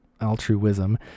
altruism